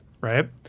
right